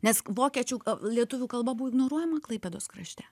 nes vokiečių lietuvių kalba buvo ignoruojama klaipėdos krašte